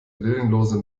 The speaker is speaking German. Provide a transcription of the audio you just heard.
willenlose